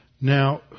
Now